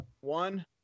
one